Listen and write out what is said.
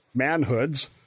manhoods